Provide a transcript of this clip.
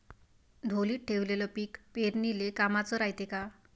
ढोलीत ठेवलेलं पीक पेरनीले कामाचं रायते का?